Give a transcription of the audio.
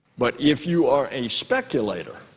but if you are a speculator